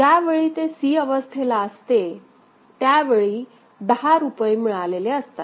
ज्या वेळी ते c अवस्थेला असते त्यावेळी दहा रुपये मिळालेले असतात